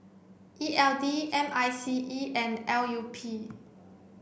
E L D M I C E and L U P